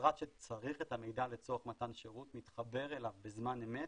משרד שצריך את המידע לצורך מתן שירות מתחבר אליו בזמן אמת,